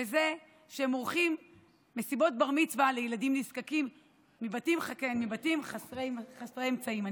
הם עורכים מסיבות בר-מצווה לילדים נזקקים מבתים חסרי אמצעים.